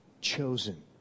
chosen